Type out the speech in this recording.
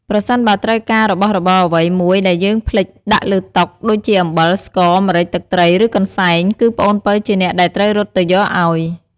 ប្រសិនបើត្រូវការរបស់របរអ្វីមួយដែលយើងភ្លេចដាក់លើតុ ដូចជាអំបិល ស្ករ ម្រេច ទឹកត្រី ឬកន្សែង គឺប្អូនពៅជាអ្នកដែលត្រូវរត់ទៅយកអោយ។